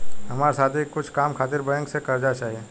हमार साथी के कुछ काम खातिर बैंक से कर्जा चाही